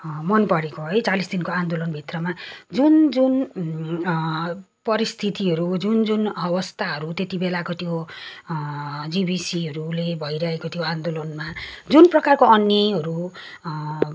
मन परेको है चालिस दिनको आन्दोलनभित्रमा जुन जुन परिस्थितिहरू जुन जुन अवस्थाहरू त्यतिबेलाको त्यो जिविसीहरूले भइरहेको थियो आन्दोलनमा जुन प्रकारको अन्यायहरू